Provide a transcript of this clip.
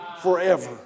forever